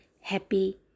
happy